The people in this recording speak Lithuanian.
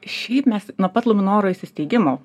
šiaip mes nuo pat luminoro įsisteigimo